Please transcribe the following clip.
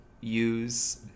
use